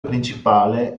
principale